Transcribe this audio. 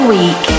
Week